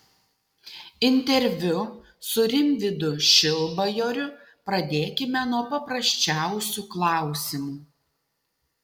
interviu su rimvydu šilbajoriu pradėkime nuo paprasčiausių klausimų